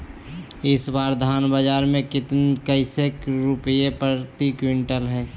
इस बार धान बाजार मे कैसे रुपए प्रति क्विंटल है?